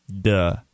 Duh